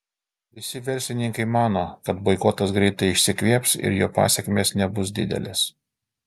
visi verslininkai mano kad boikotas greitai išsikvėps ir jo pasekmės nebus didelės